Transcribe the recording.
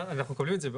אנחנו מקבלים את זה.